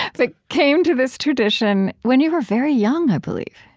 but came to this tradition when you were very young, i believe